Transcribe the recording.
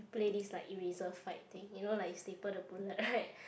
play this like eraser fight thing you know like staple the bullet right